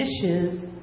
dishes